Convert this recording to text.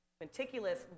meticulous